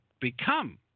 become